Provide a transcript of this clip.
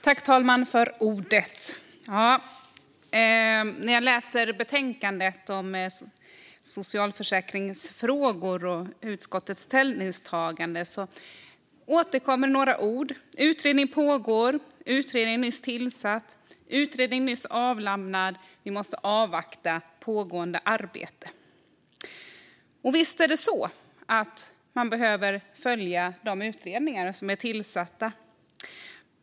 Herr talman! När jag läser betänkandet om socialförsäkringsfrågor och utskottets ställningstagande är det en del ord som återkommer: Utredning pågår, utredningen är nyss tillsatt, utredningen är nyss avlämnad, vi måste avvakta pågående arbete. Och visst är det så att man behöver följa de utredningar som är tillsatta.